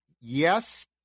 yes